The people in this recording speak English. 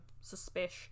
suspicious